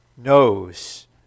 knows